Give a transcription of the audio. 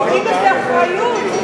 לזה אחריות, אסור להוליך שולל את הציבור.